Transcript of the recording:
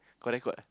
kau record eh